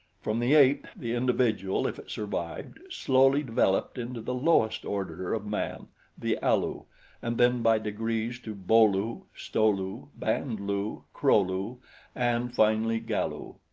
from the ape the individual, if it survived, slowly developed into the lowest order of man the alu and then by degrees to bo-lu, sto-lu, band-lu, kro-lu and finally galu.